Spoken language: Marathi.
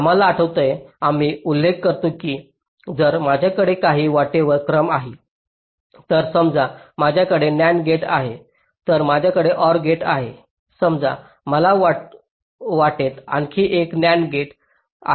आम्हाला आठवतंय आम्ही उल्लेख करतो की जर माझ्याकडे काही वाटेवर क्रम आहे तर समजा माझ्याकडे NAND गेट आहे तर माझ्याकडे OR गेट आहे समजा मला वाटेत आणखी एक NAND गेट आहे